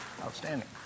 Outstanding